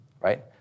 right